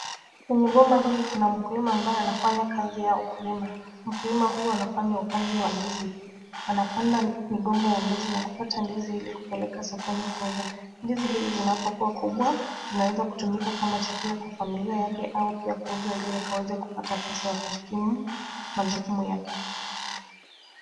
Kwenye boma hili kuna mkulima ambaye anafanya kazi ya ukulima. Mkulima huyu anafanya upanzi wa ndizi. Anapanda migomba ya ndizi na kupata ndizi ilikupeleka sokoni kuuza. Ndizi zinapokuwa kubwa zinaweza kutumika kama chakula kwa familia yake au pia kuuza ili akaweze kupata pesa ya kujikimu majukumu yake.